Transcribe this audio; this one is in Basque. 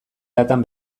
latan